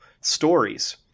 stories